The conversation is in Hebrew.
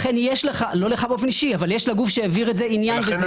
לכן יש לגוף שהעביר את זה- -- לכן